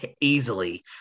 Easily